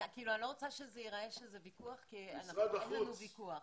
אני לא רוצה שזה ייראה שזה ויכוח כי אין לנו ויכוח.